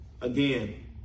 Again